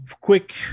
quick